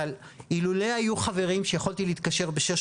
אילולא היו חברים שיכולתי להתקשר אליהם בשעה